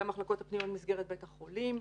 המחלקות הפנימיות במסגרת בית החולים.